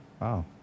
Wow